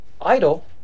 idle